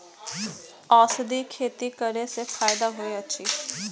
औषधि खेती करे स फायदा होय अछि?